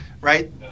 right